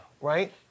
right